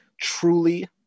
truly